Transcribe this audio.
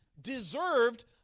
deserved